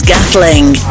Gatling